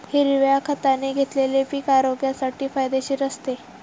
हिरव्या खताने घेतलेले पीक आरोग्यासाठी फायदेशीर असते